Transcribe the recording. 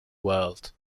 world